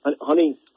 Honey